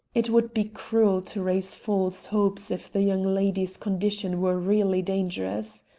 it would be cruel to raise false hopes if the young lady's condition were really dangerous.